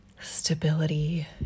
stability